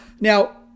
now